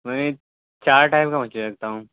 میں چار ٹائپ کا مچھلی رکھتا ہوں